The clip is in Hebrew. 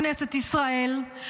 כנסת ישראל,